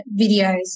videos